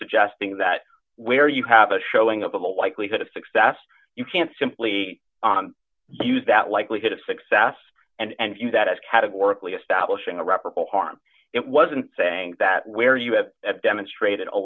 suggesting that where you have a showing of the likelihood of success you can't simply use that likelihood of success and use that as categorically establishing a reparable harm it wasn't saying that where you have demonstrated a